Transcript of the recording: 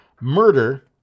murder